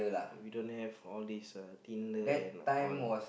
we don't have all these uh Tinder and all